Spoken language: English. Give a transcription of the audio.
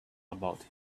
about